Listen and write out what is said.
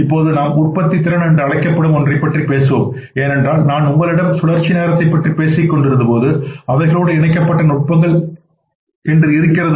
இப்போது நாம் உற்பத்தித்திறன் என்று அழைக்கப்படும் ஒன்றைப் பற்றி பேசுவோம் ஏனென்றால் நான் உங்களிடம் சுழற்சி நேரத்தை பற்றி பேசிக் கொண்டிருந்தபோது அவைகளோடு இணைக்கப்பட்ட நுட்பங்கள் என்று இருக்கிறது